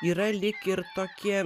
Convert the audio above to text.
yra lyg ir tokie